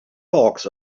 hawks